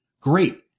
Great